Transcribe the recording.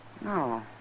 No